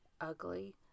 ugly